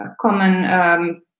common